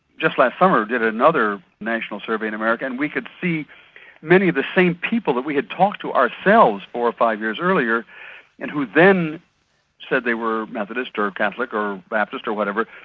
just last summer, did another national survey in america and we could see many of the same people that we had talked to ourselves four or five years earlier and who then said they were methodist or catholic or baptist or whatever,